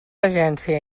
agència